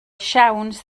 siawns